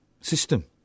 system